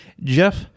Jeff